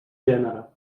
gènere